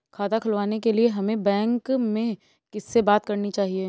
खाता खुलवाने के लिए हमें बैंक में किससे बात करनी चाहिए?